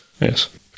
Yes